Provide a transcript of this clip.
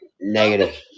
negative